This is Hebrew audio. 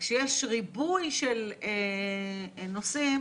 כשיש ריבוי של נושאים,